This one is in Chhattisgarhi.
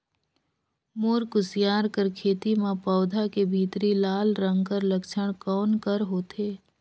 मोर कुसियार कर खेती म पौधा के भीतरी लाल रंग कर लक्षण कौन कर होथे?